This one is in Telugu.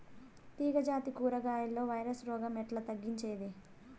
తీగ జాతి కూరగాయల్లో వైరస్ రోగం ఎట్లా తగ్గించేది?